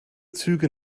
züge